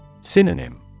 Synonym